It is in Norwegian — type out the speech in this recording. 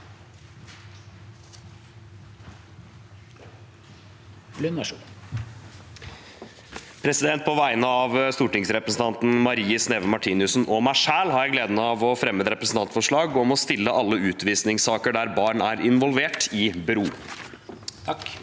På vegne av stortingsrepresentanten Marie Sneve Martinussen og meg selv har jeg gleden av å fremme et representantforslag om å stille alle utvisningssaker der barn er involvert, i bero.